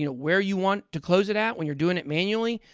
you know where you want to close it out when you're doing it manually.